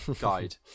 guide